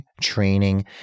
training